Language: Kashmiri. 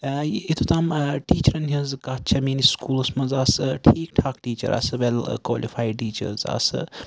یہِ یوٚتَتھ تام ٹیٖچرَن ہنز کَتھ چھےٚ میٲنِس سکوٗلَس منٛز آسہٕ ٹھیٖک ٹھاکھ ٹیٖچر آسہٕ ویل کولِفایڈ ٹیٖچٲرٕس آسہٕ